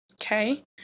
Okay